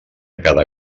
cada